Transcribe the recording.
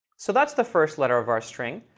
so that's the first letter of our string.